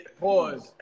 pause